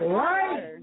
right